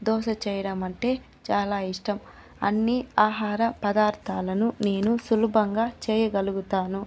దోస చేయడం అంటే చాలా ఇష్టం అన్ని ఆహార పదార్థాలను నేను సులభంగా చేయగలుగుతాను